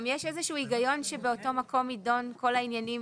גם יש איזה שהוא היגיון שבאותו מקום יידונו כל העניינים.